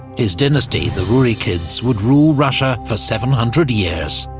his dynasty, the rurikids, would rule russia for seven hundred years.